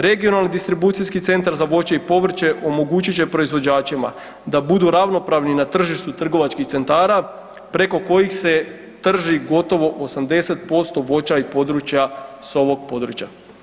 Regionalni distribucijski centar za voće i povrće omogućit će proizvođačima da budu ravnopravni na tržištu trgovačkih centara preko kojih se trži gotovo 80% voća s ovog područja.